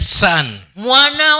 son